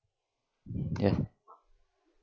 ya